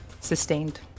sustained